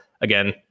Again